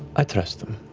i trust them.